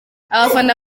abafana